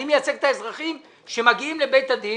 אני מייצג את האזרחים שמגיעים לבית הדין